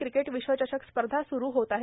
cricket विश्वचषक स्पर्धा स्रू होत आहे